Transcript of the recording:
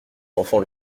enfants